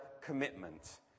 commitment